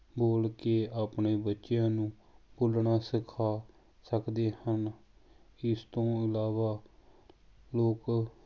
ਬੋਲ ਕੇ ਆਪਣੇ ਬੱਚਿਆਂ ਨੂੰ ਬੋਲਣਾ ਸਿਖਾ ਸਕਦੇ ਹਨ ਇਸ ਤੋਂ ਇਲਾਵਾ ਲੋਕ